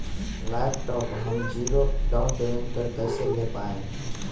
Laptop हम zero down payment पर कैसे ले पाएम?